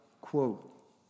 quote